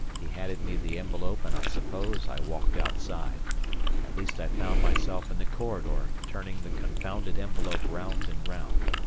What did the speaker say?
he handed me the envelope and i suppose i walked outside at least i found myself in the corridor turning the confounded envelope round and round.